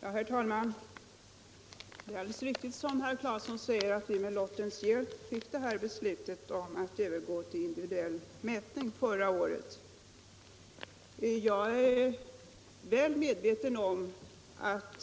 Herr talman! Det är alldeles riktigt som herr Claeson säger, att vi med lottens hjälp fick beslutet förra året om övergång till individuell mätning. Jag är väl medveten om att